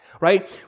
right